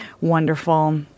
Wonderful